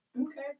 Okay